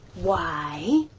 why?